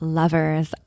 lovers